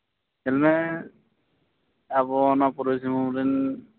ᱧᱮᱞᱢᱮ ᱟᱵᱚ ᱱᱚᱣᱟ ᱯᱩᱨᱵᱚ ᱥᱤᱝᱵᱷᱩᱢ ᱨᱮᱱ